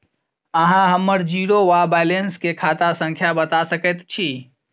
अहाँ हम्मर जीरो वा बैलेंस केँ खाता संख्या बता सकैत छी?